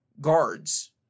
guards